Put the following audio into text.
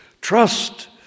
Trust